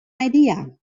idea